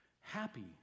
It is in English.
happy